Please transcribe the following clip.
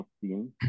team